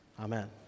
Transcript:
Amen